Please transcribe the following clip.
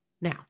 Now